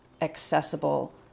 accessible